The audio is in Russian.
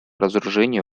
разоружению